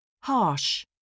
Harsh